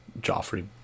Joffrey